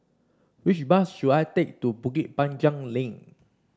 which bus should I take to Bukit Panjang Link